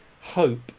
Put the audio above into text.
hope